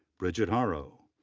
bridgett haro,